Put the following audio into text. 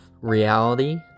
reality